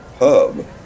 hub